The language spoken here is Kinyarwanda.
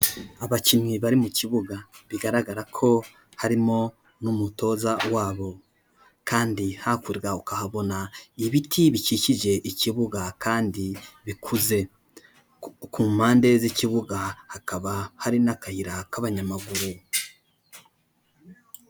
Abakinnyi bari mu kibuga bigaragara ko harimo n'umutoza wabo kandi hakurya ukahabona ibiti bikikije ikibuga kandi bikuze, ku mpande z'ikibuga hakaba hari n'akayira k'abanyamaguru.